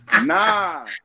Nah